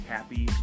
happy